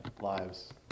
lives